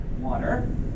water